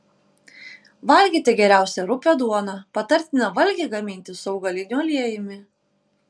valgyti geriausia rupią duoną patartina valgį gaminti su augaliniu aliejumi